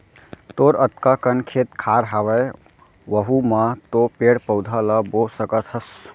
तोर अतका कन खेत खार हवय वहूँ म तो पेड़ पउधा ल बो सकत हस